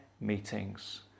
meetings